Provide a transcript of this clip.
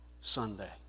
Sunday